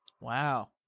Wow